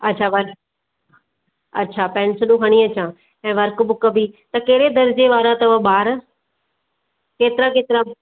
अच्छा व अच्छा पैन्सिल्यूं खणी अचां ऐं वर्क बुक बि त कहिड़े दरिजे वारा अथव ॿार केतिरा केतिरा